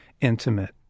intimate